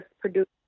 produced